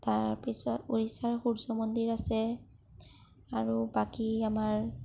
তাৰ পিছত উৰিষ্যাৰ সূৰ্য মন্দিৰ আছে আৰু বাকী আমাৰ